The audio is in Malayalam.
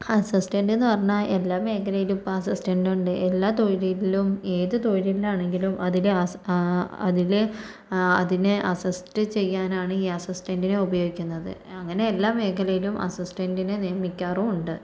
അസിസ്റ്റൻ്റ് എന്നു പറഞ്ഞാൽ എല്ലാ മേഖലയിലും ഇപ്പോൾ അസിസ്റ്റൻ്റ് ഉണ്ട് എല്ലാ തൊഴിലിലും ഏത് തൊഴിലില്ലാണെങ്കിലും അതിൽ അതിൽ അതിന് അസിസ്റ്റ് ചെയ്യാനാണ് ഈ അസിസ്റ്റൻ്റിനെ ഉപയോഗിക്കുന്നത് അങ്ങനെ എല്ലാ മേഖലയിലും അസിസ്റ്റൻ്റിനെ നിയമിക്കാറും ഉണ്ട്